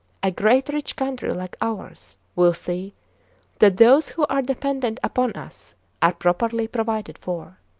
a great, rich country like ours will see that those who are dependent upon us are properly provided for.